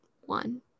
one